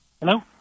Hello